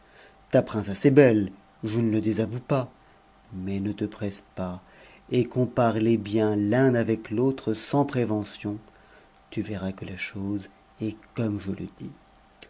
ta princesse est belle je c le désavoue pas mais ne te presse pas et compare les bien l'un avec utt'c sans prévention tu verras que la chose est comme je le dis